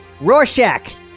Rorschach